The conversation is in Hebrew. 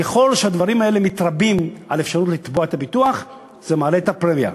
ככל שהדברים האלה מתרבים באפשרות לתבוע את הביטוח זה מעלה את הפרמיה,